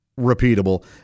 repeatable